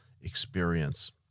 experience